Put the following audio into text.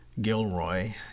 Gilroy